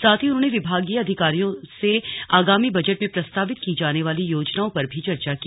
साथ ही उन्होंने विभागीय अधिकारियों से आगामी बजट में प्रस्तावित की जाने वाली योजनाओं पर भी चर्चा की